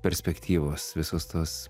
perspektyvos visos tos